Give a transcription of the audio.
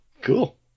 Cool